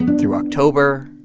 through october.